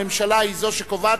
הממשלה היא זו שקובעת,